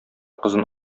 кызын